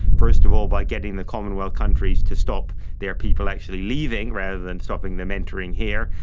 first of all by getting the commonwealth countries to stop their people actually leaving rather than stopping them entering here,